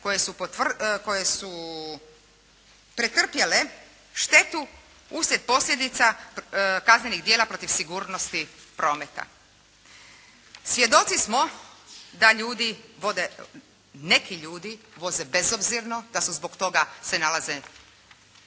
koje su pretrpjele štetu uslijed posljedica kaznenih djela protiv sigurnosti prometa. Svjedoci smo da ljudi vode, neki ljudi voze bezobzirno, da se zbog toga nalaze